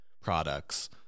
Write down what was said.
products